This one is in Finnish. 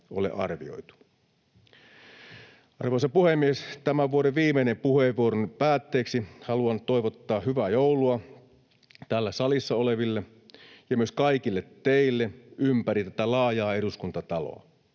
Arvoisa puhemies! Tämän vuoden viimeisen puheenvuoroni päätteeksi haluan toivottaa hyvää joulua täällä salissa oleville ja myös kaikille teille ympäri tätä laajaa Eduskuntataloa.